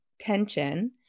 tension